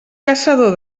caçador